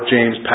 James